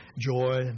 joy